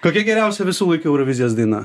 kokia geriausia visų laikų eurovizijos daina